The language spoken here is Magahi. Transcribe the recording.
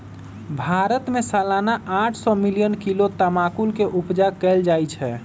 भारत में सलाना आठ सौ मिलियन किलो तमाकुल के उपजा कएल जाइ छै